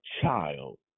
child